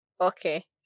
Okay